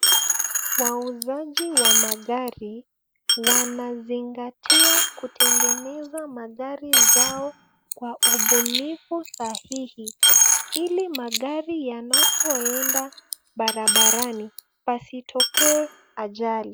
Wauzaji wa magari wanazingatia kutegeneza magari zao kwa ubunifu sahihi ili magarai yanapoenda barabarani pasitokee ajali.